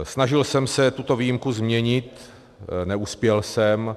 Snažil jsem se tuto výjimku změnit, neuspěl jsem.